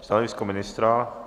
Stanovisko ministra?